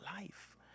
life